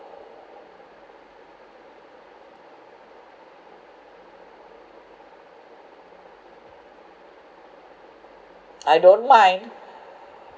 I don't mind